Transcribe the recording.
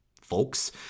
folks